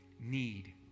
need